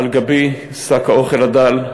/ על גבי שק האוכל הדל,